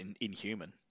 inhuman